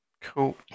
Cool